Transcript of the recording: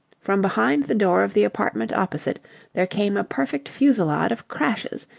from behind the door of the apartment opposite there came a perfect fusillade of crashes,